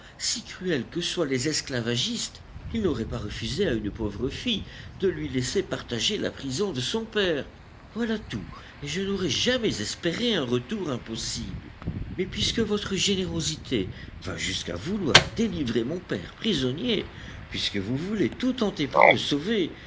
si cruels que soient les esclavagistes ils n'auraient pas refusé à une pauvre fille de lui laisser partager la prison de son père voilà tout et je n'aurais jamais espéré un retour impossible mais puisque votre générosité va jusqu'à vouloir délivrer mon père prisonnier puisque vous voulez tout tenter pour le sauver